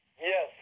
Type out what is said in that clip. yes